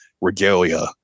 regalia